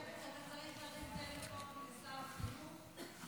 אני חושבת שאתה צריך להרים טלפון לשר החינוך,